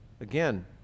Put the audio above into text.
Again